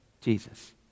Jesus